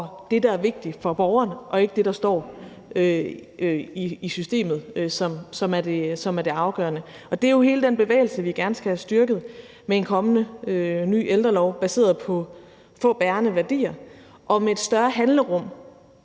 det, der er vigtigt for borgeren, og ikke det, der står i systemet, der er det afgørende. Det er hele den bevægelse, vi gerne skal have styrket med en kommende ny ældrelov baseret på få bærende værdier om et større handlerum